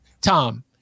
Tom